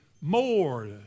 more